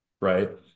right